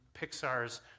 Pixar's